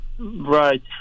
Right